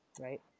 right